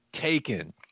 taken